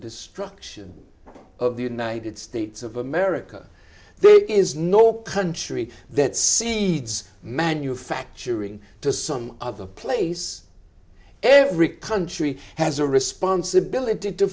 destruction of the united states of america there is no country that cedes manufacturing to some other place every country has a responsibility to